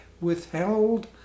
withheld